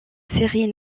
séries